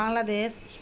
Bangladesh